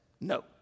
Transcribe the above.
no